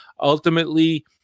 ultimately